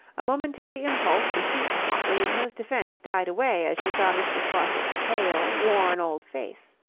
a momentary impulse to speak hotly in his defence died away as she saw mr. faucitt's pale, worn old face.